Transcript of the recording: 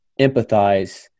empathize